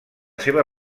seva